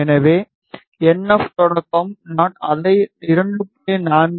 எனவே என்எஃப் தொடக்கம் நான் அதை 2